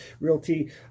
Realty